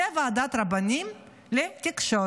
זו ועדת הרבנים לתקשורת.